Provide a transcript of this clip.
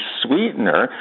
sweetener